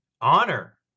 honor